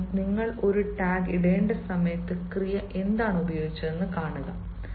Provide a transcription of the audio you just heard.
അതിനാൽ നിങ്ങൾ ഒരു ടാഗ് ഇടേണ്ട സമയത്ത് ക്രിയ എന്താണ് ഉപയോഗിച്ചതെന്ന് കാണുക